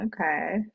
okay